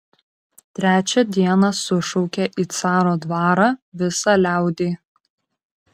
trečią dieną sušaukė į caro dvarą visą liaudį